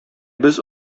без